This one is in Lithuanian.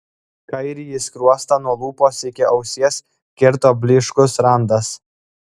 kairįjį skruostą nuo lūpos iki ausies kirto blyškus randas